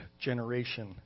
generation